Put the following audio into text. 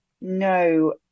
no